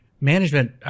management